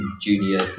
junior